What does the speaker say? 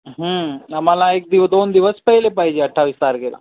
हं आम्हाला एक दिवस दोन दिवस पहिले पाहिजे अठ्ठावीस तारखेला